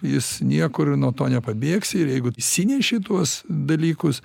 jis niekur nuo to nepabėgsi ir jeigu įsinešei tuos dalykus